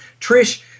Trish